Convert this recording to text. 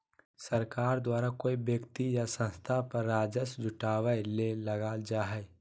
सरकार द्वारा कोय व्यक्ति या संस्था पर राजस्व जुटावय ले लगाल जा हइ